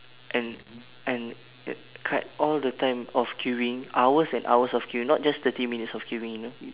and and cut all the time of queuing hours and hours of queuing not just thirty minutes of queuing you know